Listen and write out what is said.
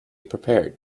prepared